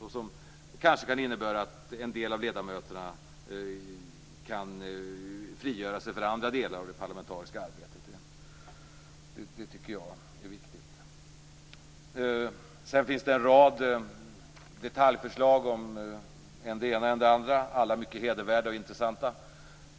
Det kanske kan innebära att en del av ledamöterna kan frigöras för andra delar av det parlamentariska arbetet. Det tycker jag är viktigt. Sedan finns det en rad detaljförslag om än det ena än det andra, alla mycket hedervärda och intressanta.